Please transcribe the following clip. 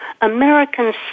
Americans